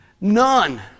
None